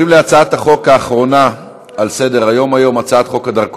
נא להצביע, מי בעד?